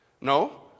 No